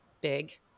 big